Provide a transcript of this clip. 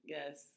Yes